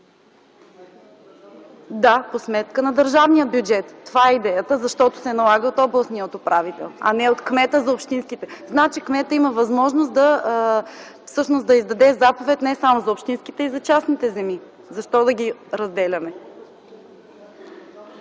Да, по сметка на държавния бюджет. Това е идеята, защото се налага от областния управител, а не от кмета за общинските... Кметът има възможност да издаде заповед не само за общинските, но и за частните земи. Защо да ги разделяме?